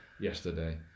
yesterday